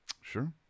Sure